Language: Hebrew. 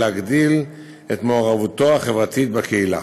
להגדיל את מעורבותו החברתית בקהילה.